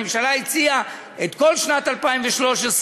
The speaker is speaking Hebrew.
הממשלה הציעה את כל שנת 2013,